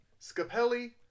Scapelli